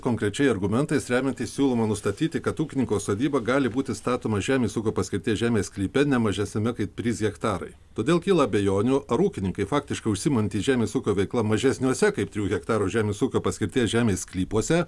konkrečiai argumentais remiantis siūloma nustatyti kad ūkininko sodyba gali būti statoma žemės ūkio paskirties žemės sklype ne mažesniame kaip trys hektarai todėl kyla abejonių ar ūkininkai faktiškai užsiimantys žemės ūkio veikla mažesniuose kaip trijų hektarų žemės ūkio paskirties žemės sklypuose